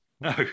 No